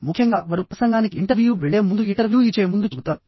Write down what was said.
ముఖ్యంగా వారు ప్రసంగానికి వెళ్లే ముందు ఇంటర్వ్యూ ఇచ్చే ముందు చెబుతారు